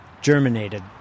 germinated